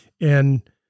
and-